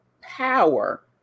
power